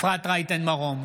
בעד אפרת רייטן מרום,